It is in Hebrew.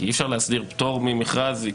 כי אי-אפשר להסדיר פטור ממכרז,